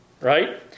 Right